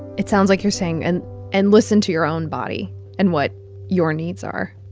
it sounds like you're saying and and listen to your own body and what your needs are